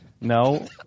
No